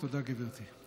תודה, גברתי.